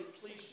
Please